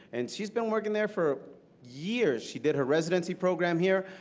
and she's been working there for years. she did her residency program here.